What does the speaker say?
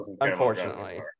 Unfortunately